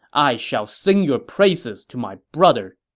i shall sing your praises to my brother.